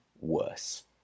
worse